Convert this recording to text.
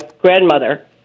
grandmother